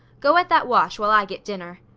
go at that wash, while i get dinner.